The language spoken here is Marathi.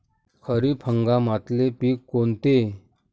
खरीप हंगामातले पिकं कोनते?